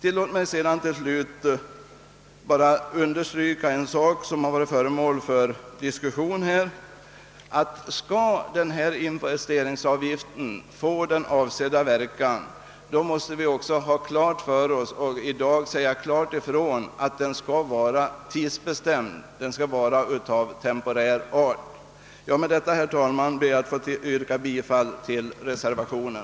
Slutligen vill jag bara understryka en sak som här har diskuterats, nämligen att om investeringsavgiften skall få avsedd verkan måste vi i dag klart säga ifrån att den skall vara tidsbestämd, att den skall vara av temporär art. Herr talman! Med det anförda ber jag att få yrka bifall till reservationen.